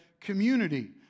community